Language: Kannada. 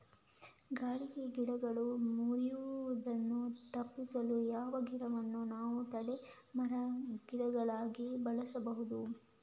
ಗಾಳಿಗೆ ಗಿಡಗಳು ಮುರಿಯುದನ್ನು ತಪಿಸಲು ಯಾವ ಗಿಡಗಳನ್ನು ನಾವು ತಡೆ ಮರ, ಗಿಡಗಳಾಗಿ ಬೆಳಸಬಹುದು?